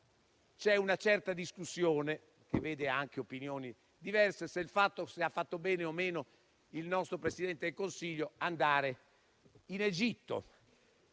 c'è una certa discussione, che vede anche opinioni diverse, sul fatto se abbia fatto bene o meno il nostro Presidente del Consiglio a recarsi in Egitto.